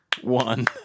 one